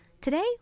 Today